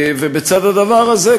ובצד הדבר הזה,